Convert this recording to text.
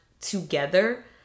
together